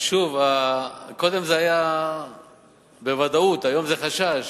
שוב, קודם זה היה בוודאות, היום זה חשש.